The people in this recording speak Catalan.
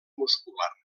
muscular